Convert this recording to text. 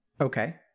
okay